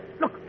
Look